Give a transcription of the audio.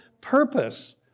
purpose